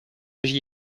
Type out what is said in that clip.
j’y